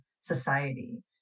society